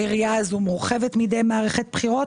היריעה הזו מורחבת מדי מערכת בחירות.